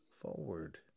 forward